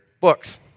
books